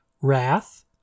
Wrath